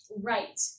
Right